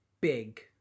big